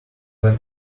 when